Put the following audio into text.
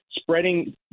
spreading